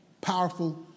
Powerful